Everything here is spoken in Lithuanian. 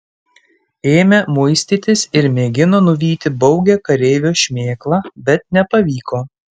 ėmė muistytis ir mėgino nuvyti baugią kareivio šmėklą bet nepavyko